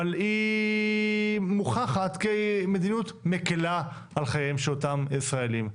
אבל היא מוכחת כמדיניות מקלה על חייהם של אותם ישראלים.